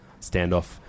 Standoff